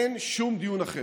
אין שום דיון אחר.